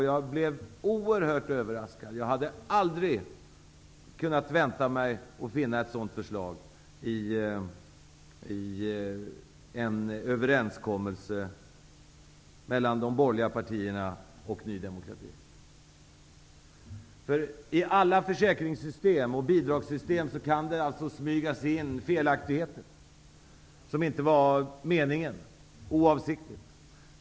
Jag blev också oerhört överraskad av att finna ett sådant förslag i en överenskommelse mellan de borgerliga partierna och Ny demokrati. Det hade jag aldrig kunnat tänka mig. I alla försäkrings och bidragssystem kan det alltså smyga in felaktigheter, vilka inte är tänkta utan oavsiktliga.